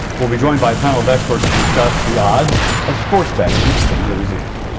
we'll be joined by a panel of experts to discuss the odds of sports betting in louisiana.